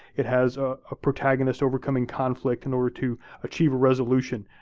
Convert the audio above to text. it has a protagonist overcoming conflict in order to achieve a resolution